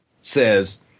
says